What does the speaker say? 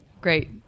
Great